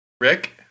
Rick